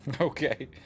Okay